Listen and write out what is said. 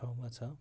ठाउँमा छ